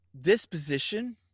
disposition